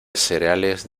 cereales